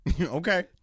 Okay